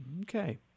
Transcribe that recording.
Okay